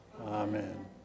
Amen